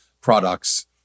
products